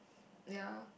ya